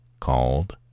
called